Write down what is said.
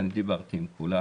ואני דיברתי עם כולם,